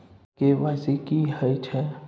KYC की हय छै?